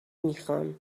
میخام